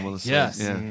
Yes